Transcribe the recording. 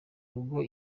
rugo